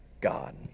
God